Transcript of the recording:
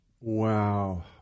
Wow